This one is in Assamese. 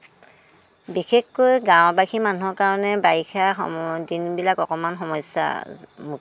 বিশেষকৈ গাঁওবাসী মানুহৰ কাৰণে বাৰিষা সময়ত দিনবিলাক অকণমান সমস্যা